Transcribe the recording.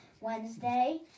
Wednesday